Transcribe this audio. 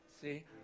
See